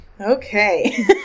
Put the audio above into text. Okay